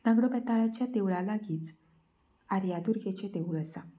नागडो बेताळाच्या देवळा लागींच आर्यादुर्गेचें देवूळ आसा